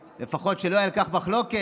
לפחות שלא יהיה על כך מחלוקת.